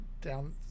down